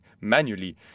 manually